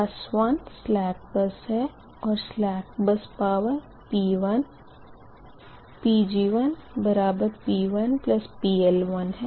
बस 1 slack bus है और स्लेक बस पवर P1Pg1P1PL1 है